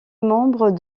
membre